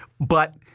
but